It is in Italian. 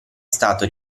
stato